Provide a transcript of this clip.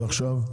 ועכשיו?